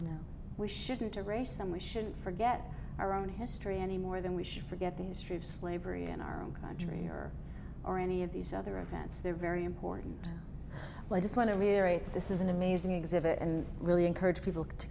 them we shouldn't a race some we shouldn't forget our own history any more than we should forget the history of slavery in our own country or or any of these other events they're very important legist want to reiterate this is an amazing exhibit and really encourage people to